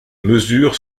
mesures